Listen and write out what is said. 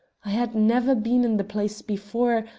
i had never been in the place before,